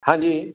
ਹਾਂਜੀ